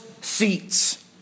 seats